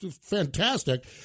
fantastic